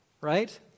right